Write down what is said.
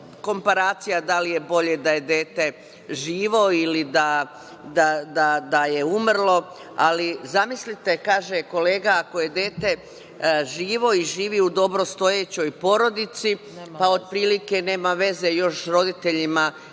da li je bolje da je dete živo ili da je umrlo, ali zamislite, kaže kolega, ako je dete živo i živi u dobrostojećoj porodici, pa otprilike, nema veze još roditeljima